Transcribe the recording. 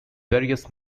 various